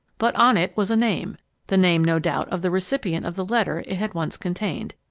but on it was a name the name no doubt of the recipient of the letter it had once contained,